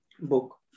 book